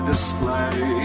display